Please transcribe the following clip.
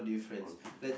okay